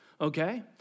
Okay